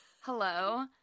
hello